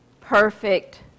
Perfect